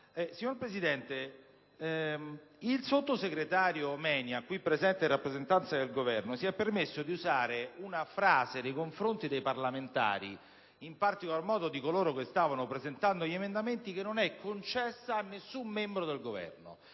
Signor Presidente, il sottosegretario Menia, presente in rappresentanza del Governo, si è permesso di usare una frase nei confronti dei parlamentari, in particolare di coloro che stavano illustrando gli emendamenti, che non è concessa a nessun membro del Governo.